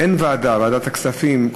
ועדת הכספים,